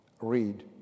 Read